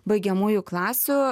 baigiamųjų klasių